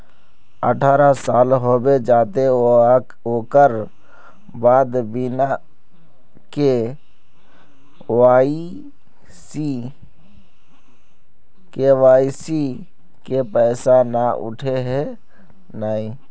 अठारह साल होबे जयते ओकर बाद बिना के.वाई.सी के पैसा न उठे है नय?